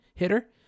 hitter